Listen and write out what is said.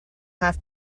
have